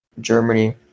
Germany